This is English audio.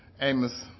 Amos